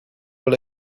will